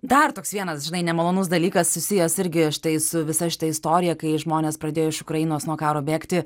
dar toks vienas žinai nemalonus dalykas susijęs irgi štai su visa šita istorija kai žmonės pradėjo iš ukrainos nuo karo bėgti